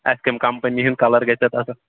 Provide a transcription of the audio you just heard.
اَسہِ کَمہِ کَمپٔنی ہُنٛد کَلر گژھِ اتھ اصٕل